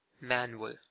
Manual